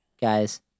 guys